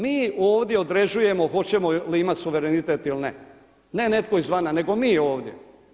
Mi ovdje određujemo hoćemo li imati suverenitet ili ne, ne netko izvana nego mi ovdje.